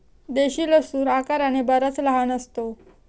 देशी लसूण आकाराने बराच लहान असतो